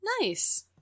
Nice